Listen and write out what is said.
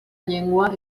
llengua